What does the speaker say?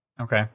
okay